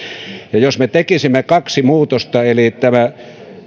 jos me tekisimme kaksi muutosta eli